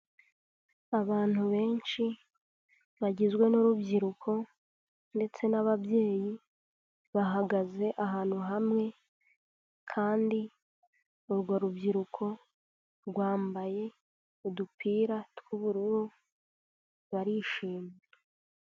Abantu benshi bagizwe n'urubyiruko ndetse n'ababyeyi bahagaze ahantu hamwe kandi urwo rubyiruko rwambaye udupira tw'ubururu barishimye.